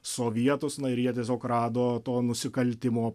sovietus na ir jie tiesiog rado to nusikaltimo